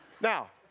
Now